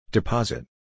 Deposit